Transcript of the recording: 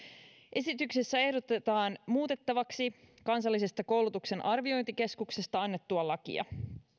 esityksessä ehdotetaan muutettavaksi kansallisesta koulutuksen arviointikeskuksesta annettua lakia